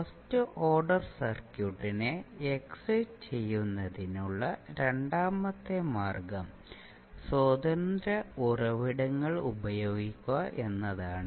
first order സർക്യൂട്ടിനെ excite ചെയ്യുന്നതിനുള്ള രണ്ടാമത്തെ മാർഗം സ്വതന്ത്ര ഉറവിടങ്ങൾ ഉപയോഗിക്കുക എന്നതാണ്